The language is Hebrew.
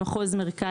במחוז מרכז,